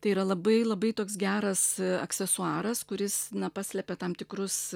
tai yra labai labai toks geras aksesuaras kuris paslepia tam tikrus